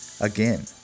Again